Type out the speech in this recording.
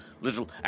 little